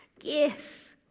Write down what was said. yes